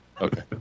Okay